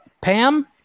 Pam